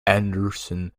andersson